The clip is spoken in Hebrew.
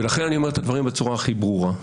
לכן אני אומר את הדברים בצורה הכי ברורה.